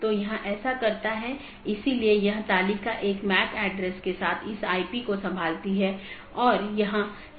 तो इस तरह से मैनाजैबिलिटी बहुत हो सकती है या स्केलेबिलिटी सुगम हो जाती है